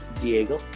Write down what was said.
Diego